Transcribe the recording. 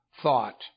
thought